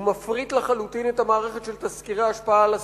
הוא מפריט לחלוטין את המערכת של תסקירי השפעה על הסביבה.